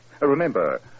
Remember